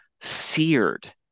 Seared